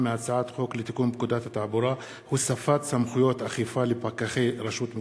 מהצעת החוק לתיקון פקודת התעבורה (הוספת סמכויות אכיפה לפקחי רשות מקומית),